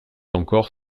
encore